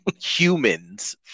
humans